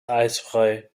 eisfrei